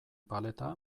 paleta